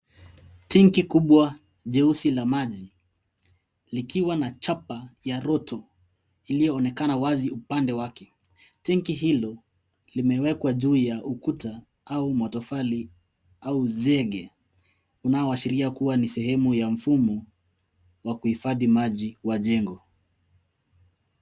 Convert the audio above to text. Tenki kubwa jeusi la maji, likiwa na chapa ya Roto, iliyoonekana wazi upande wake. Tenki hilo limewekwa juu ya ukuta , au matofali, au zege, unaoashiria kua ni sehemu ya mfumo wa kuhifadhi maji wa jengo.